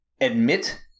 admit